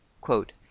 Quote